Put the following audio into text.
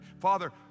Father